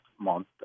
month